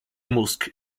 mózg